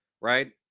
right